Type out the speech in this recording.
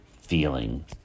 feeling